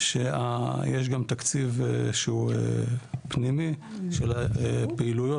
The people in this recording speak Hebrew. שיש גם תקציב שהוא פנימי של הפעילויות,